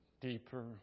deeper